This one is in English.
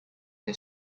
his